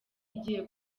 igiye